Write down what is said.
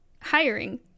hiring